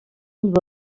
and